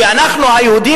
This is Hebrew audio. שאנחנו היהודים,